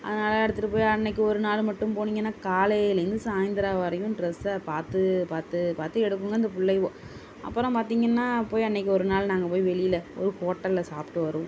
அதை நல்லா எடுத்துட்டு போய் அன்றைக்கு ஒரு நாள் மட்டும் போனீங்கன்னா காலைலேருந்து சாயந்திரம் வரைக்கும் ட்ரஸ்ஸை பார்த்து பார்த்து பார்த்து எடுக்குங்க இந்த பிள்ளைவோ அப்புறோம் பார்த்திங்கன்னா போய் அன்றைக்கு ஒருநாள் நாங்கள் போய் வெளியில் ஒரு ஹோட்டலில் சாப்பிட்டு வருவோம்